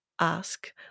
ask